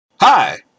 Hi